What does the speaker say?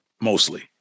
mostly